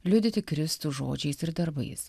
liudyti kristų žodžiais ir darbais